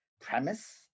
premise